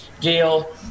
Gail